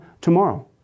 tomorrow